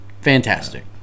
Fantastic